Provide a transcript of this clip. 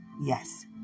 Yes